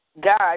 God